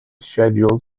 scheduled